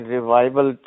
Revival